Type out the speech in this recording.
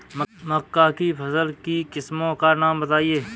मक्का की फसल की किस्मों का नाम बताइये